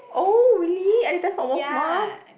oh really Editor's